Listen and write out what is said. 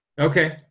Okay